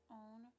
own